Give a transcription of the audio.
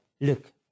Look